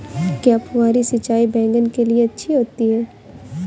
क्या फुहारी सिंचाई बैगन के लिए अच्छी होती है?